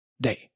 day